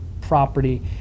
property